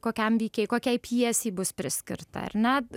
kokiam veikėjui kokiai pjesei bus priskirta ar ne